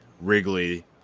Wrigley